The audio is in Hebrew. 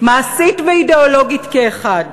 מי לא רוצה?